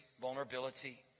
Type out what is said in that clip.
vulnerability